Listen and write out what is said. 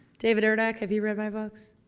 david erdack have you read my books?